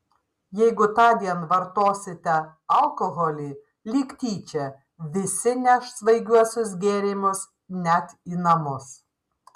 jeigu tądien vartosite alkoholį lyg tyčia visi neš svaigiuosius gėrimus net į namus